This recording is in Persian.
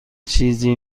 چیزی